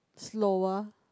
slower